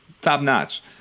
top-notch